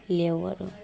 लेउ